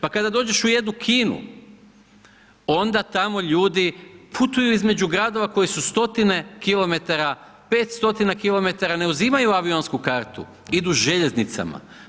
Pa kada dođeš u jednu Kinu, onda tamo ljudi putuju između gradova, koje su stotine kilometara, 5 stotina kilometara, ne uzimaju avionsku kartu, idu željeznicama.